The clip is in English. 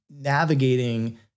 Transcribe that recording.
navigating